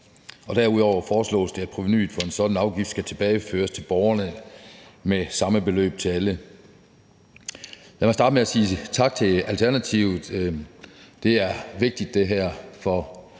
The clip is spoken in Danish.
Og derudover foreslås det, at provenuet fra en sådan afgift skal tilbageføres til borgerne med samme beløb til alle. Lad mig starte med at sige tak til Alternativet. Det her er vigtigt for